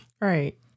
Right